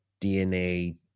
DNA